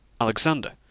Alexander